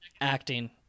acting